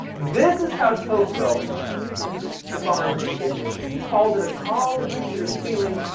this is how tocqueville defines individualism. he calls it a calm and considered feeling,